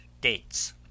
dates